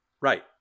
Right